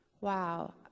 wow